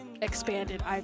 expanded